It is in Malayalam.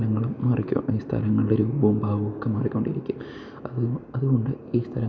ഈ സ്ഥലങ്ങളുടെ രൂപവും ഭാവമൊക്കെ മാറിക്കൊണ്ടിരിക്കും അതു കൊ അതു കൊണ്ട് ഈ സ്ഥലങ്ങൾ